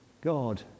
God